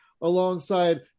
alongside